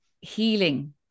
healing